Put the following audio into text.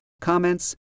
comments